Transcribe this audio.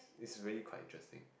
it's really quite interesting